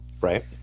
Right